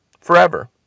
forever